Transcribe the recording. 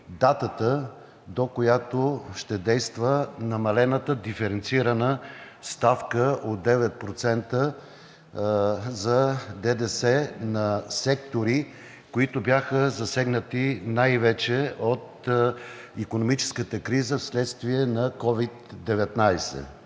датата, до която ще действа намалената диференцирана ставка от 9% за ДДС, за секторите, които бяха засегнати най-вече от икономическата криза вследствие на COVID-19.